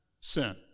sin